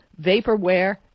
vaporware